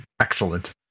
excellent